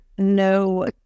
No